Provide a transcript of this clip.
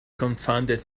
confounded